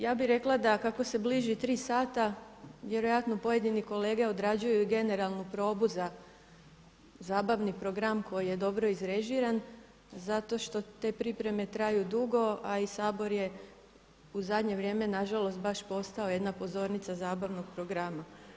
Ja bih rekla da kako se bliži tri sata vjerojatno pojedini kolege odrađuju generalnu probu za zabavni program koji je dobro izrežiran zato što te pripreme traju dugo, a i Sabor je u zadnje vrijeme nažalost baš postao jedna pozornica zabavnog programa.